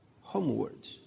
homeward